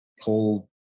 whole